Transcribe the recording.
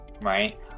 right